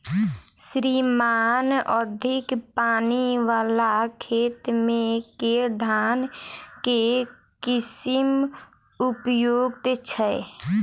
श्रीमान अधिक पानि वला खेत मे केँ धान केँ किसिम उपयुक्त छैय?